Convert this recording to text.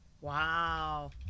Wow